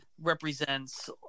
represents